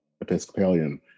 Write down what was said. Episcopalian